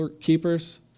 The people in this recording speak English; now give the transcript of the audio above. keepers